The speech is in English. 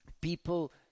People